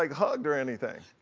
like hugged or anything.